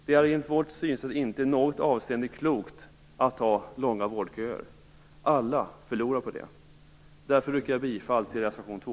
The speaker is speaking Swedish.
Det är enligt vårt synsätt inte i något avseende klokt att ha långa vårdköer. Alla förlorar på det. Därför yrkar jag bifall till reservation 2.